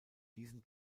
diesem